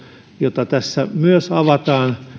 jota tässä myös avataan